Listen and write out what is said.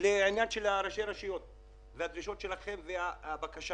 לעניין ראשי הרשויות והדרישות שלכם והבקשה